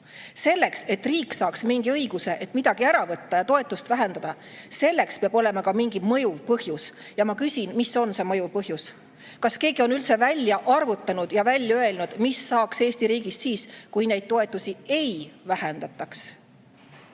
Selleks, et riik saaks õiguse midagi ära võtta ja toetust vähendada, peab olema mingi mõjuv põhjus. Ja ma küsin: mis on see mõjuv põhjus? Kas keegi on üldse välja arvutanud ja välja öelnud, mis saaks Eesti riigist siis, kui neid toetusi ei vähendataks?